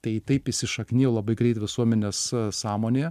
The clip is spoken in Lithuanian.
tai taip įsišaknijo labai greit visuomenės sąmonėje